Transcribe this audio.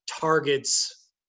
targets